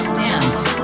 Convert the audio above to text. dance